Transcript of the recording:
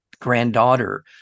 granddaughter